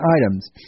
items